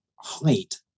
height